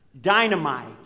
dynamite